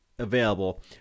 available